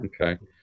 Okay